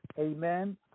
amen